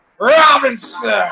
Robinson